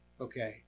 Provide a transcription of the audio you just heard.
okay